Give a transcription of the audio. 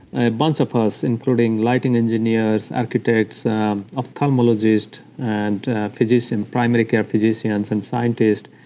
a bunch of us, including lighting engineers, architects ophthalmologists and physician, primary care physicians and scientists,